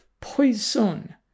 poison